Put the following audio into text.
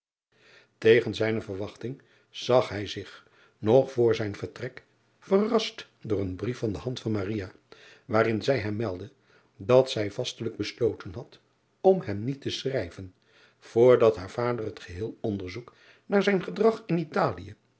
zijne verwachting zag hij zich nog voor zijn vertrek verrast door een brief van de hand van waarin zij hem meldde dat zij vastelijk besloten had om hem niet te schrijven voor dat haar driaan oosjes zn et leven van aurits ijnslager vader het geheel onderzoek naar zijn gedrag in talië